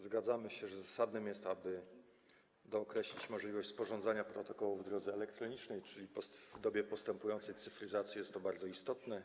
Zgadzamy się, że zasadne jest, aby dookreślić możliwość sporządzania protokołów w drodze elektronicznej - w dobie postępującej cyfryzacji jest to bardzo istotne.